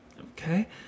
Okay